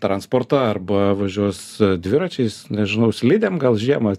transportą arba važiuos dviračiais nežinau slidėm gal žiemą